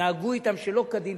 נהגו אתם שלא כדין,